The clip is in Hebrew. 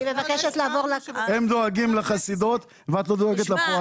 הם דואגים לחסידות ואת לא דואגת לפועלים.